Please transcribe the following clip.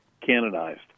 canonized